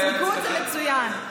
ריקוד זה מצוין.